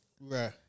Right